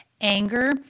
anger